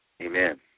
Amen